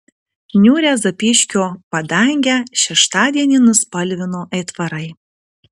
niūrią zapyškio padangę šeštadienį nuspalvino aitvarai